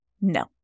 no